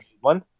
one